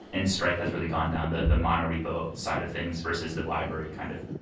and stripe has really gone down the the mono repo side of things versus the library kind of.